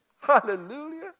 Hallelujah